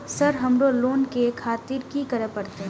Sir हमरो loan ले खातिर की करें परतें?